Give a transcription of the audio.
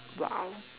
!wow!